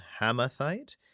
Hamathite